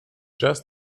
just